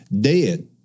dead